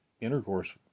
intercourse